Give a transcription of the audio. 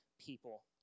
people